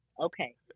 Okay